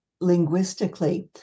linguistically